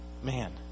Man